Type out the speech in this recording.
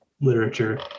literature